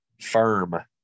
firm